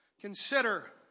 consider